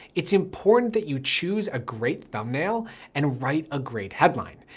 it's important that you choose a great thumbnail and write a great headline.